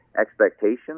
expectations